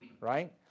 right